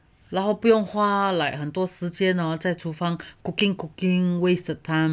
然后不用花 like 很多时间 hor 在厨房 cooking cooking the wasted time